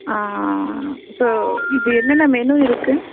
so இப்போ என்னென்ன menu இருக்கு